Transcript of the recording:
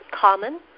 common